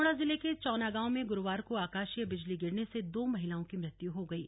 अल्मोड़ा जिले के चौना गांव में गुरुवार को आकाशीय बिजली गिरने से दो महिलाओं की मृत्यु हो गयी